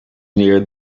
near